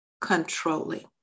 controlling